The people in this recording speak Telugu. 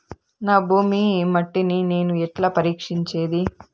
నా భూమి మట్టిని నేను ఎట్లా పరీక్షించేది?